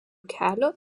kelio